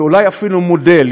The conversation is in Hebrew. ואולי אפילו מודל.